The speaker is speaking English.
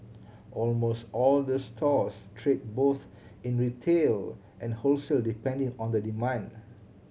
almost all the stores trade both in retail and wholesale depending on the demand